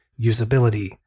usability